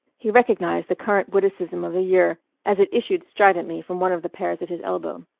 he recognized the current witticism of the year as it issued stridently from one of the pairs at his elbow.